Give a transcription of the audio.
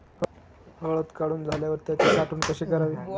हळद काढून झाल्यावर त्याची साठवण कशी करावी?